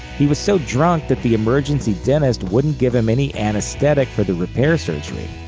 he was so drunk that the emergency dentist wouldn't give him any anesthetic for the repair surgery.